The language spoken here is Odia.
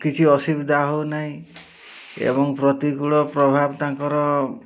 କିଛି ଅସୁବିଧା ହେଉ ନାହିଁ ଏବଂ ପ୍ରତିକୂଳ ପ୍ରଭାବ ତାଙ୍କର